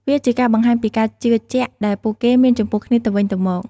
វាជាការបង្ហាញពីការជឿជាក់ដែលពួកគេមានចំពោះគ្នាទៅវិញទៅមក។